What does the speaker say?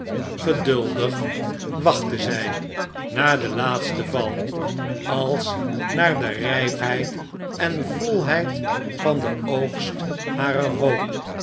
geduldig wachtte zij naar den laatsten val als naar de rijpheid en volheid van den oogst harer hoop